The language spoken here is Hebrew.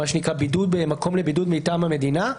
מה שנקרא מקום לבידוד מטעם המדינה,